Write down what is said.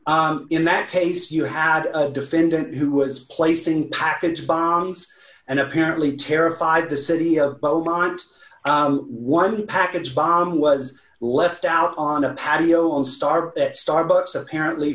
in that case you had a defendant who was placing package bombs and apparently terrified the city of beaumont one package bomb was left out on a patio on star at starbucks apparently